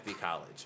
college